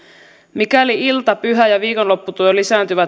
mikäli ilta pyhä ja viikonlopputyö lisääntyvät